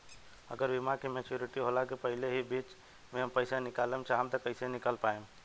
अगर बीमा के मेचूरिटि होला के पहिले ही बीच मे हम पईसा निकाले चाहेम त कइसे निकाल पायेम?